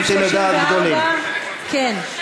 234. כן.